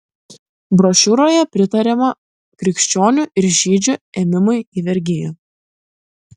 brošiūroje pritariama krikščionių ir žydžių ėmimui į vergiją